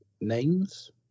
names